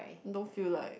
don't feel like